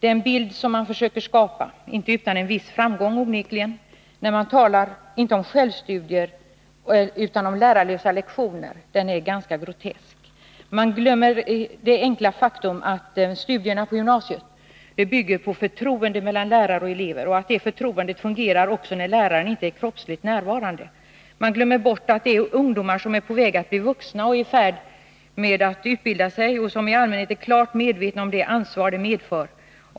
Den bild man försöker skapa — onekligen inte utan en viss framgång — när man talar inte om självstudier utan om lärarlösa lektioner är ganska grotesk. Man glömmer det enkla faktum att studierna på gymnasiet bygger på förtroende mellan lärare och elever och att det förtroendet fungerar också när läraren inte är kroppsligen närvarande. Man glömmer bort att det handlar om ungdomar som är på väg att bli vuxna, som är i färd med att utbilda sig och som i allmänhet är klart medvetna om det ansvar detta medför.